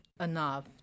enough